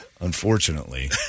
Unfortunately